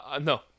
no